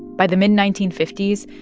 by the mid nineteen fifty s,